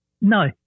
No